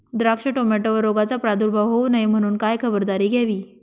द्राक्ष, टोमॅटोवर रोगाचा प्रादुर्भाव होऊ नये म्हणून काय खबरदारी घ्यावी?